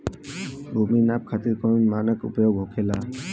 भूमि नाप खातिर कौन मानक उपयोग होखेला?